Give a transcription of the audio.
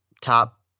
top